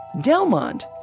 Delmont